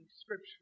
Scripture